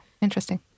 interesting